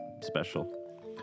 special